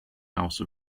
house